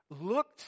looked